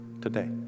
today